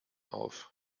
auf